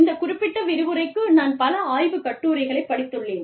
இந்த குறிப்பிட்ட விரிவுரைக்கு நான் பல ஆய்வுக் கட்டுரைகளை படித்துள்ளேன்